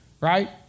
right